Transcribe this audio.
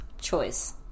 choice